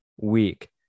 week